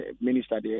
Minister